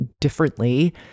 differently